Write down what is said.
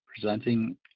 presenting